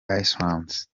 islands